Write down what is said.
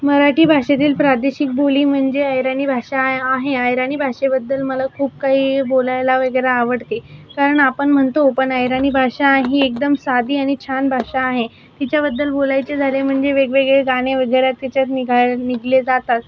मराठी भाषेतील प्रादेशिक बोली म्हणजे अहिराणी भाषा आय आहे अहिराणी भाषेबद्दल मला खूप काही बोलायला वगैरे आवडते कारण आपण म्हणतो पण अहिराणी भाषा ही एकदम साधी आणि छान भाषा आहे तिच्याबद्दल बोलायचे झाले म्हणजे वेगवेगळे गाणे वगैरे तिच्यात निघा निघले जातात